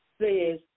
Says